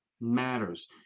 matters